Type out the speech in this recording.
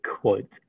quote